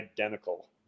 identical